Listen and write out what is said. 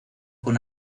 con